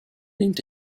into